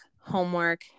homework